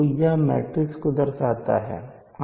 तो यह मैट्रिक्स को दर्शाता है